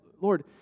Lord